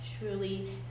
truly